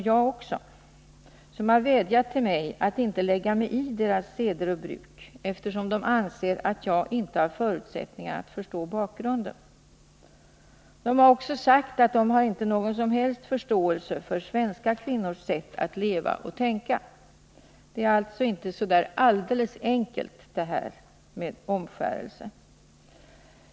De har vädjat till mig att inte lägga mig i deras seder och bruk, eftersom de anser att jag inte har förutsättningar att förstå bakgrunden. De har också sagt att de inte har någon som helst förståelse för svenska kvinnors sätt att leva och tänka. — Frågan om omskärelse är alltså inte så alldeles enkel.